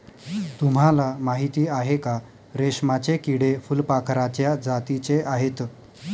तुम्हाला माहिती आहे का? रेशमाचे किडे फुलपाखराच्या जातीचे आहेत